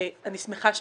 אני מאוד שמחה.